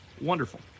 wonderful